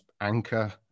anchor